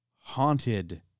haunted